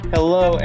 Hello